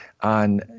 on